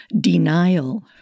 denial